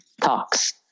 talks